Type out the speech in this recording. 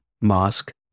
mosque